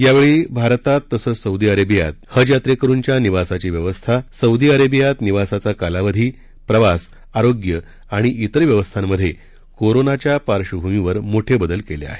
यावेळी भारतात तसंच सौदी अरेबियात हज यात्रेकरुंच्या निवासाची व्यवस्था सौदी अरेबियात निवासाचा कालावधी प्रवास आरोग्य आणि तिर व्यवस्थांमधे कोरोनाच्या पार्श्वभूमीवर मोठे बदल केले आहेत